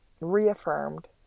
reaffirmed